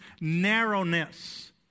narrowness